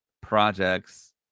projects